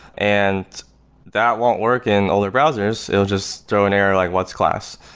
and that won't work in older browsers. it will just throw an error like, what's class?